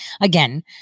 Again